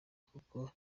kuko